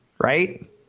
Right